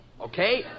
Okay